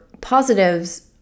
positives